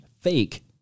fake